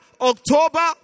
October